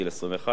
עד גיל 25,